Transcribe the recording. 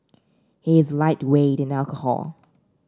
he is lightweight in alcohol